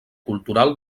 cultural